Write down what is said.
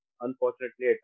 unfortunately